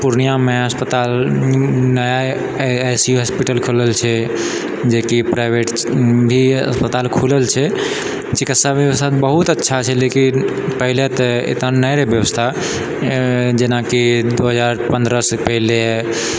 पूर्णियामे अस्पताल नया आइ सी यू हॉस्पिटल खुलल छै जेकि प्राइवेट भी अस्पताल खुलल छै चिकित्सा बेबस्थासब बहुत अच्छा छै लेकिन पहिले तऽ एतऽ नहि रहै बेबस्था जेनाकि दू हजार पन्द्रहसँ पहले